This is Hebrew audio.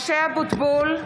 משה אבוטבול,